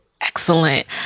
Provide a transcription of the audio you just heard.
excellent